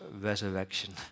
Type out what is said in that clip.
resurrection